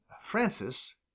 Francis